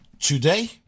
today